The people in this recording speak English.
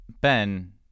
Ben